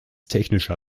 technischer